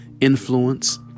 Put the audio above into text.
influence